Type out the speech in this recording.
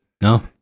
No